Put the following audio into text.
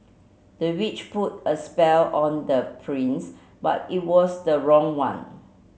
the witch put a spell on the prince but it was the wrong one